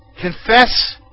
Confess